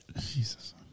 Jesus